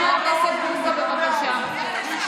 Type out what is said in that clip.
חבר הכנסת בוסו, בבקשה.